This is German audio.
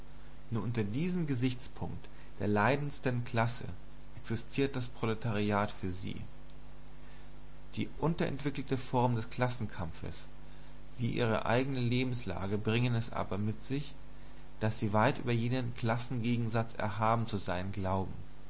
nur unter diesem gesichtspunkt der leidendsten klasse existiert das proletariat für sie die unentwickelte form des klassenkampfes wie ihre eigene lebenslage bringen es aber mit sich daß sie weit über jenen klassengegensatz erhaben zu sein glauben